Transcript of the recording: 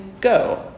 go